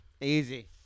Easy